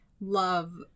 love